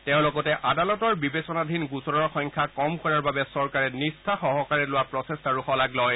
তেওঁ লগতে আদালতৰ বিবেচনাধীন গোচৰৰ সংখ্যা কম কৰাৰ বাবে চৰকাৰে নিষ্ঠা সহকাৰে লোৱা প্ৰচেষ্টাৰো শলাগ লয়